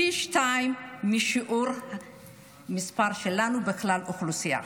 פי שניים מהשיעור שלנו בכלל האוכלוסייה.